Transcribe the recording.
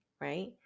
right